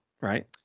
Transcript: right